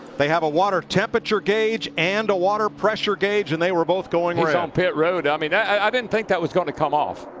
they have a water temperature gauge and a water pressure gauge and they were both going red. he's on pit rode, i mean i didn't think that was going to come off.